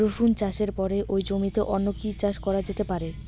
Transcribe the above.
রসুন চাষের পরে ওই জমিতে অন্য কি চাষ করা যেতে পারে?